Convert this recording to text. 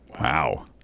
Wow